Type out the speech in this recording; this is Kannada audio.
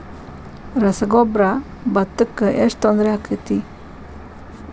ರಸಗೊಬ್ಬರ, ಭತ್ತಕ್ಕ ಎಷ್ಟ ತೊಂದರೆ ಆಕ್ಕೆತಿ?